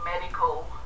medical